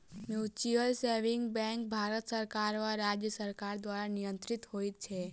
mutual saving bank Bharat सरकार वा राज्य सरकार द्वारा नियंत्रित होइत छै